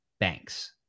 banks